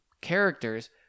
characters